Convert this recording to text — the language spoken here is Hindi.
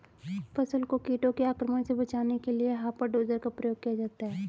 फसल को कीटों के आक्रमण से बचाने के लिए हॉपर डोजर का प्रयोग किया जाता है